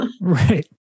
Right